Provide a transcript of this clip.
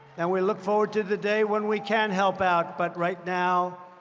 and we look forward to the day when we can help out. but right now,